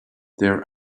there